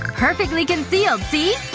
perfectly concealed, see?